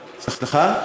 למה,